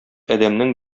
адәмнең